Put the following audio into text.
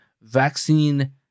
vaccine